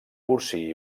porcí